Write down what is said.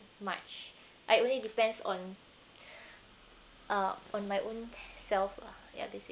much I only depends on uh on my own self lah ya basic